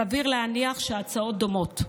סביר להניח שההצעות דומות: